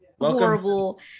horrible